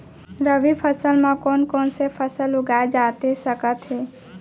रबि फसल म कोन कोन से फसल उगाए जाथे सकत हे?